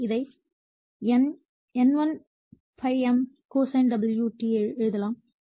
எனவே இதை N1 ∅ m cosine ω t எழுதலாம்